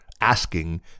asking